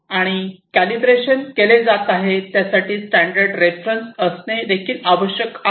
आणि कॅलिब्रेशन केले जात आहे त्या साठी स्टॅंडर्ड रेफरन्स असणे देखील आवश्यक आहे